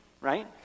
right